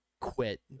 quit